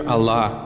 Allah